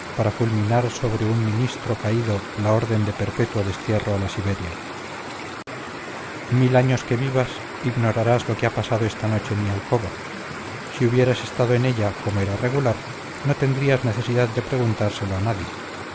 para fulminar sobre un ministro caído la orden de perpetuo destierro a la siberia mil años que vivas ignorarás lo que ha pasado esta noche en mi alcoba si hubieras estado en ella como era regular no tendrías necesidad de preguntárselo a nadie